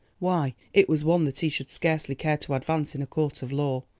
why, it was one that he should scarcely care to advance in a court of law.